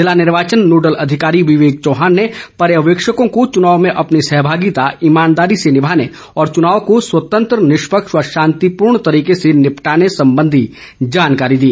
जिला निर्वाचन नोडल अधिकारी विवेक चौहान ने पर्यवेक्षकों को चुनाव में अपनी सहभागिता ईमानदारी से निभाने और चुनाव को स्वतंत्र निष्पक्ष व शांतिपूर्ण तरीके से निपटाने संबंधी जानकारी दी